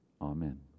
Amen